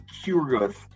curious